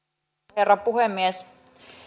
herra puhemies